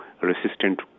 resistant